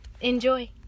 Enjoy